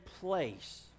place